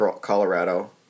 Colorado